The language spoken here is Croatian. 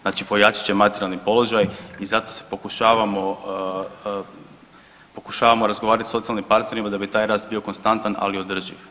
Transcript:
Znači pojačat će materijalni položaj i zato se pokušavamo razgovarati sa socijalnim partnerima da bi taj rast bio konstantan, ali održiv.